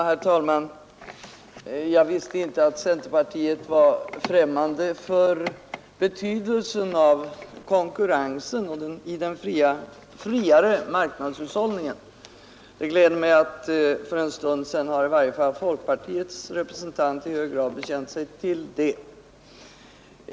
Herr talman! Jag visste inte att centerpartiet var främmande för konkurrensens betydelse i den friare marknadshushållningen. Det gläder mig att i varje fall folkpartiets representant för en stund sedan här sade sig förstå denna betydelse.